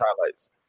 highlights